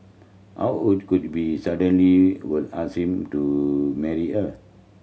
our hold could be suddenly will ask him to marry her